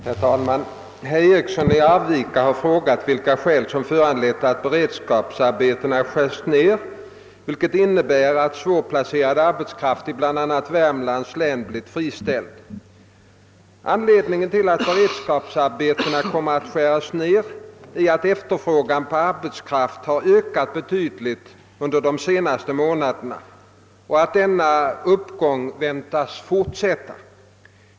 Herr talman! Herr Eriksson i Arvika har frågat vilka skäl som föranlett att beredskapsarbetena skärs ned, vilket innebär att svårplacerad arbetskraft i bl.a. Värmlands län blir friställd. Anledningen till att beredskapsarbetena kommer att skäras ned är att efterfrågan på arbetskraft har ökat betydligt under de senaste månaderna och att denna uppgång väntas fortsätta.